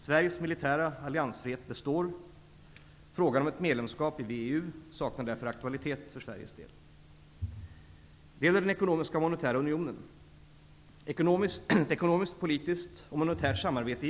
Sveriges militära alliansfrihet består; frågan om ett medlemskap i VEU saknar därför aktualitet för Det gäller den ekonomiska och monetära unionen.